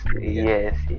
yes